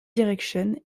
direction